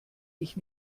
ich